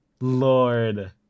Lord